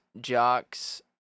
jocks